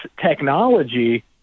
technology